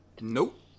Nope